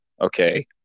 okay